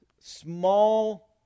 small